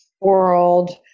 world